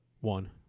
One